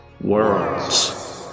Worlds